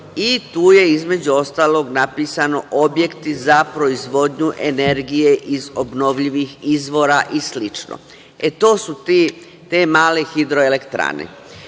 Tu je između ostalog napisano – objekti za proizvodnju energije iz obnovljivih izvora i slično. To su te male hidroelektrane. Kada